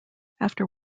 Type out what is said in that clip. after